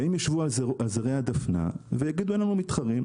והם ישבו על זרי הדפנה ויגידו: אנחנו מתחרים,